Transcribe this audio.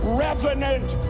revenant